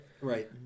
Right